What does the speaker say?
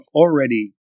already